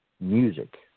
music